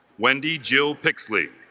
wendy jill pixley